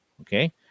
okay